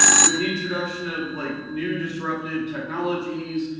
with the introduction of like new disruptive technologies,